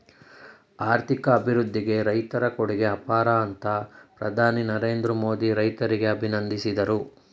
ಆರ್ಥಿಕ ಅಭಿವೃದ್ಧಿಗೆ ರೈತರ ಕೊಡುಗೆ ಅಪಾರ ಅಂತ ಪ್ರಧಾನಿ ನರೇಂದ್ರ ಮೋದಿ ರೈತರಿಗೆ ಅಭಿನಂದಿಸಿದರು